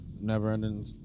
never-ending